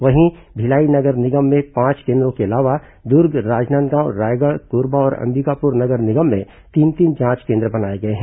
वहीं भिलाई नगर निगम में पांच केन्द्रों के अलावा दुर्ग राजनांदगांव रायगढ़ कोरबा और अंबिकापुर नगर निगम में तीन तीन जांच केन्द्र बनाए गए हैं